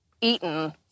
eaten